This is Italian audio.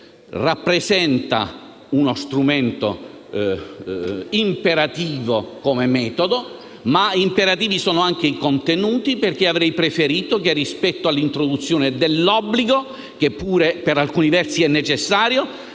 rappresenta infatti uno strumento imperativo, in termini di metodo, ma imperativi sono anche i contenuti. Avrei preferito, rispetto all'introduzione dell'obbligo, che pure per alcuni versi è necessario,